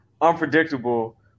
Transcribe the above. Unpredictable